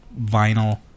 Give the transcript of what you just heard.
vinyl